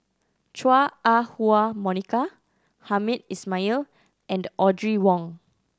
Chua Ah Huwa Monica Hamed Ismail and Audrey Wong